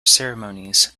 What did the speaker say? ceremonies